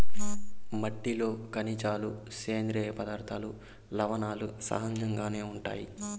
మట్టిలో ఖనిజాలు, సేంద్రీయ పదార్థాలు, లవణాలు సహజంగానే ఉంటాయి